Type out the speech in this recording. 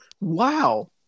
wow